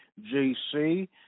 GC